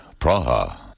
Praha